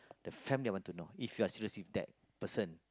the family I want to know if you are seriously that person